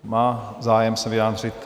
Máte zájem se vyjádřit?